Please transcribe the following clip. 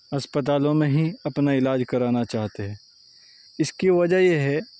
اسپتالوں میں ہی اپنا علاج کرانا چاہتے ہے اس کی وجہ یہ ہے